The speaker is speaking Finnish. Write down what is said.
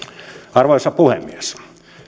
arvoisa puhemies